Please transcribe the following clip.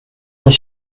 est